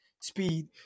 speed